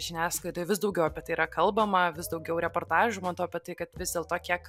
žiniasklaidoj vis daugiau apie tai yra kalbama vis daugiau reportažų matau apie tai kad vis dėlto kiek